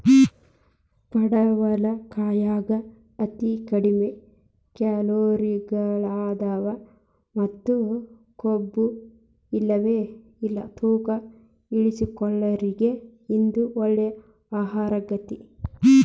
ಪಡವಲಕಾಯಾಗ ಅತಿ ಕಡಿಮಿ ಕ್ಯಾಲೋರಿಗಳದಾವ ಮತ್ತ ಕೊಬ್ಬುಇಲ್ಲವೇ ಇಲ್ಲ ತೂಕ ಇಳಿಸಿಕೊಳ್ಳೋರಿಗೆ ಇದು ಒಳ್ಳೆ ಆಹಾರಗೇತಿ